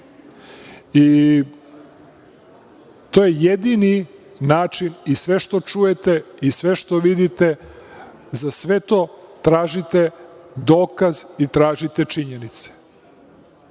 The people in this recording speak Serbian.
To je jedini način i sve što čujete i sve što vidite, za sve to tražite dokaz i tražite činjenice,